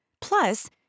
Plus